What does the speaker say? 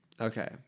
Okay